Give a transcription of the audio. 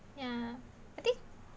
ya I think